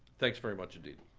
thanks very much, indeed.